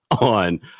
on